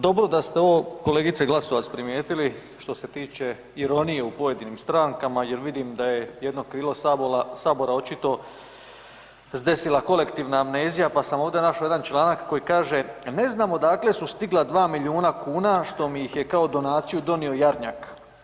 Dobro da ste ovo kolegice Glasovac primijetili što se tiče ironije u pojedinim strankama jer vidim da je jedno krilo Sabora očito zdesila kolektivna amnezija, pa sam ovdje našao jedan članak koji kaže, „Ne znam odakle su stigla 2 milijuna kuna što mi ih je kao donaciju donio Jarnjak.